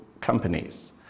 companies